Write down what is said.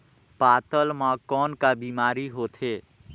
पातल म कौन का बीमारी होथे?